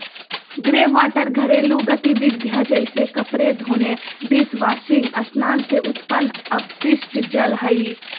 greywater घरेलू गतिविधिय जैसे कपड़े धोने, डिशवाशिंग स्नान से उत्पन्न अपशिष्ट जल हइ